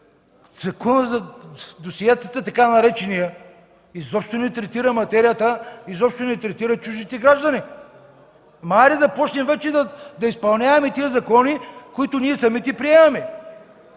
„Закон за досиетата” изобщо не третира материята, изобщо не третира чуждите граждани. Хайде да започнем вече да изпълняваме тези закони, които ние самите приемаме.